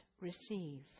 receive